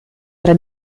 tra